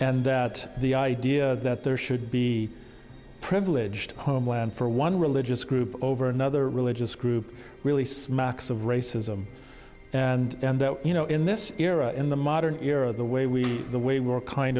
and that the idea that there should be privileged homeland for one religious group over another religious group really smacks of racism and that you know in this era in the modern era the way we the way we're kind